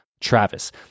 Travis